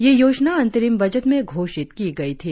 यह योजना अंतरिम बजट में घोषित की गई थी